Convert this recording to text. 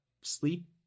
sleep